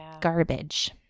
Garbage